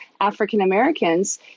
African-Americans